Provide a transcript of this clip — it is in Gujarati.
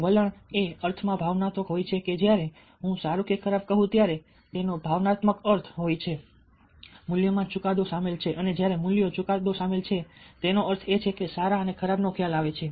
વલણ એ અર્થમાં ભાવનાત્મક હોય છે કે જ્યારે હું સારું કે ખરાબ કહું ત્યારે તેનો ભાવનાત્મક અર્થ હોય છે મૂલ્ય માં ચુકાદો સામેલ છે અને જ્યારે મૂલ્ય ચુકાદો સામેલ છે તેનો અર્થ એ છે કે સારા અને ખરાબનો ખ્યાલ આવે છે